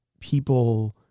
People